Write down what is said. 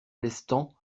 lestang